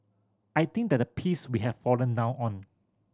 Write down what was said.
I think that the piece we have fallen down on